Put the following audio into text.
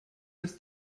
ist